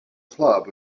club